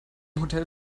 hotel